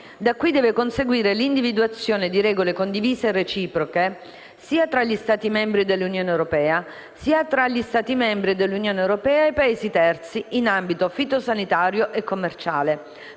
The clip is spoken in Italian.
e la conseguente individuazione di regole condivise e reciproche sia tra gli Stati membri dell'Unione europea sia tra gli Stati membri dell'Unione europea e i Paesi terzi, in ambito fitosanitario e commerciale,